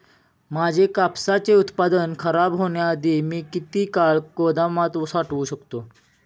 माझे कापसाचे उत्पादन खराब होण्याआधी मी किती काळ गोदामात साठवू शकतो?